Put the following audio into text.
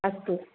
अस्तु